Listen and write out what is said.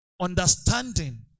understanding